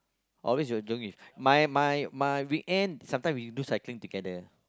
always you are doing with my my my weekend sometime we do cycling together